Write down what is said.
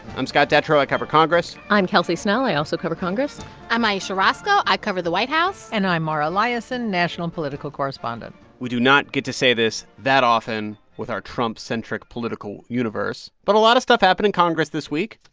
i'm scott detrow. i cover congress i'm kelsey snell. i also cover congress i'm ayesha roscoe. i cover the white house and i'm mara liasson, national political correspondent we do not get to say this that often with our trump-centric political universe, but a lot of stuff happened in congress this week.